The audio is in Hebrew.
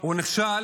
הוא נכשל